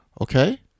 Okay